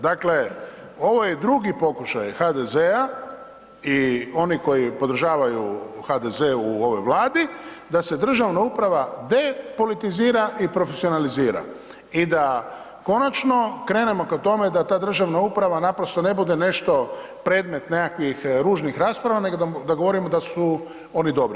Dakle ovo je drugi pokušaj HDZ-a i oni koji podržavaju HDZ u ovoj Vladi da se državna uprava depolitizira i profesionalizira i da konačno ka tome da ta državna uprava naprosto ne bude nešto, predmet nekakvih tužnih rasprava nego da govorimo da su oni dobri.